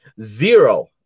zero